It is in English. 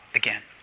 again